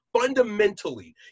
fundamentally